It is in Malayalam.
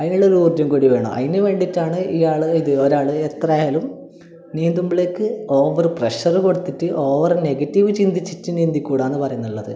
ആതിനുള്ള ഒരു ഊർജ്ജം കൂടി വേണം അതിനു വേണ്ടിയിട്ടാണ് ഇയാൾ ഇത് ഒരാൾ എത്ര ആയാലും നീന്തുമ്പോഴേക്ക് ഓവർ പ്രഷർ കൊടുത്തിട്ട് ഓവർ നെഗറ്റീവ് ചിന്തിച്ചിട്ട് നീന്തിക്കൂടായെന്നു പറയുന്നുള്ളത്